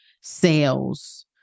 sales